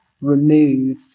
remove